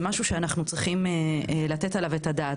משהו שאנחנו צריכים לתת עליו את הדעת.